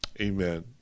amen